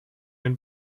den